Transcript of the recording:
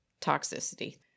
toxicity